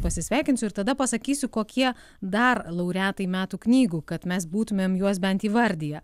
pasisveikinsiu ir tada pasakysiu kokie dar laureatai metų knygų kad mes būtumėm juos bent įvardiję